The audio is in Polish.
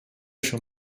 się